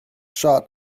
shot